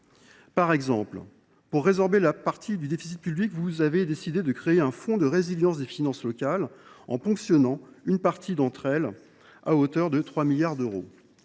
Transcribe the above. Par exemple, pour résorber une partie du déficit public, vous avez décidé de créer un « fonds de résilience des finances locales » en ponctionnant une partie des budgets locaux à hauteur de 3 milliards d’euros.